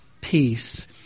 peace